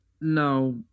No